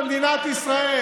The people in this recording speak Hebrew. סדר-היום היום?